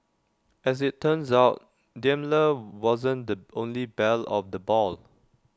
as IT turns out Daimler wasn't the only belle of the ball